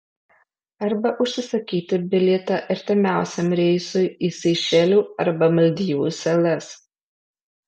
arba užsisakyti bilietą artimiausiam reisui į seišelių arba maldyvų salas